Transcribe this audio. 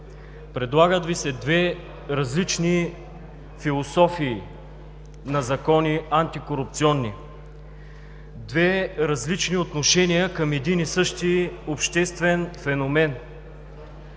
Предлагат Ви се две различни философии на антикорупционни закони. Две различни отношения към един и същи обществен феномен,